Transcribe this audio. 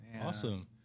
Awesome